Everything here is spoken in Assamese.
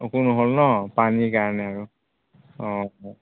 একো নহ'ল নহ্ পানীৰ কাৰণে আৰু অঁ